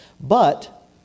But